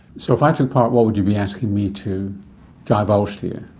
so if i took part, what would you be asking me to divulge to you?